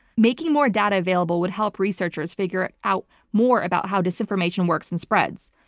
making more data available would help researchers figure out more about how this information works in spreads.